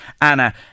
Anna